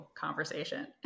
conversation